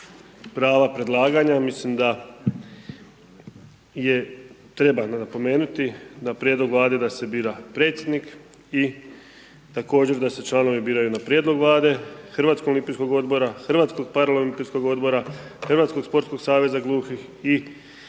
prava predlaganja, mislim da je treba napomenuti na prijedlog Vlade da se bira predsjednik i također da se članovi biraju na prijedlog Vlade, Hrvatskog olimpijskog odbora, Hrvatskog paraolimpijskog odbora, Hrvatskog sportskog saveza gluhih i također